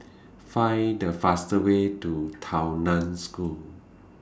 Find The fastest Way to Tao NAN School